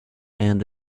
and